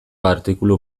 artikulu